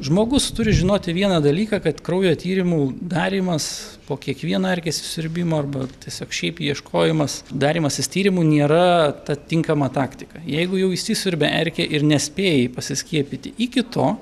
žmogus turi žinoti vieną dalyką kad kraujo tyrimų darymas po kiekvieno erkės įsisiurbimo arba tiesiog šiaip ieškojimas darymasis tyrimų nėra ta tinkama taktika jeigu jau įsisiurbė erkė ir nespėjai pasiskiepyti iki to